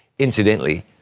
incidentally,